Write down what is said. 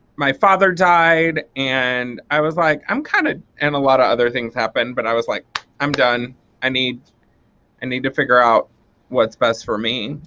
my father died and i was like i'm kind of and a lot of other things happen but i was like i'm done i need i and need to figure out what's best for me.